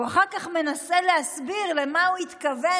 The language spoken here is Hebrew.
הוא אחר כך מנסה להסביר למה הוא התכוון,